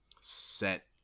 set